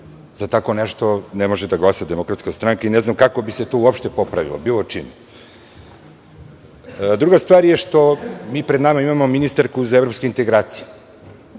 za tako nešto ne može da glasa DS i ne znam kako bi se to uopšte popravilo, bilo čime. Druga stvar je što mi pred nama imamo ministarku za evropske integracije,